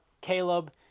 Caleb